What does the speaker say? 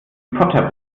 potter